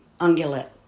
ungulate